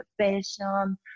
passion